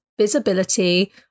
Visibility